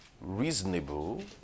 reasonable